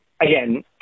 again